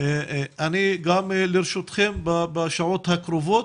אני גם לרשותכם בשעות הקרובות,